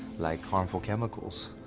like harmful chemicals,